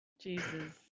Jesus